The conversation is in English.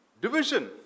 division